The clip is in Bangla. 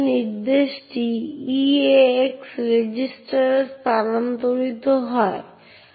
এটি অবশ্যই রুটের জন্য সত্য নয় রুটের সমস্ত প্রক্রিয়ার অ্যাক্সেস রয়েছে এবং তাই সিস্টেমে উপস্থিত প্রতিটি প্রক্রিয়াতে GDB চালাতে পারে